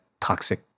toxic